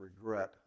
regret